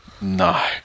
No